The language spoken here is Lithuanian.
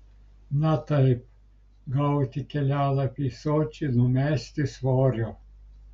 na taip gauti kelialapį į sočį numesti svorio